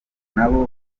nabo